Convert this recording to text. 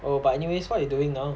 oh but anyways what you doing now